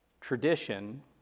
tradition